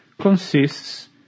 consists